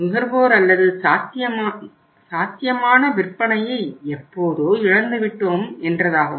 நுகர்வோர் அல்லது சாத்தியமான விற்பனையை எப்போதோ இழந்துவிட்டோம் என்றாகும்